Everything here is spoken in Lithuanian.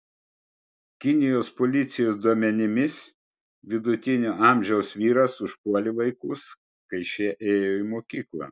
kinijos policijos duomenimis vidutinio amžiaus vyras užpuolė vaikus kai šie ėjo į mokyklą